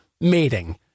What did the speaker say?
mating